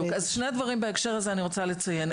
אז שני דברים בהקשר הזה אני רוצה לציין.